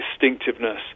distinctiveness